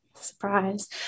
surprise